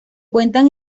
cuentan